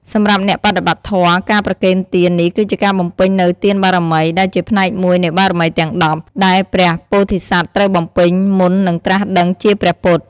សម្រាប់អ្នកបដិបត្តិធម៌ ការប្រគេនទាននេះគឺជាការបំពេញនូវទានបារមី ដែលជាផ្នែកមួយនៃបារមីទាំង ១០ ដែលព្រះពោធិសត្វត្រូវបំពេញមុននឹងត្រាស់ដឹងជាព្រះពុទ្ធ។